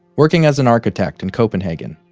working as an architect in copenhagen.